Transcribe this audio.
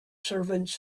servants